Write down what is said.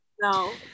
No